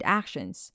actions